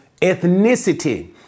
ethnicity